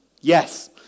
Yes